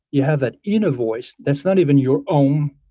you have that inner voice, that's not even your own,